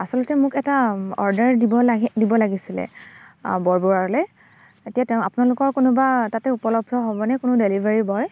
আচলতে মোক এটা অৰ্ডাৰ দিব লাগি দিব লাগিছিলে বৰবৰুৱালে এতিয়া তেওঁ আপোনালোকৰ কোনোবা তাতে উপলব্ধ হ'বনে কোনো ডেলিভাৰী বয়